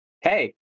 Hey